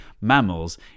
mammals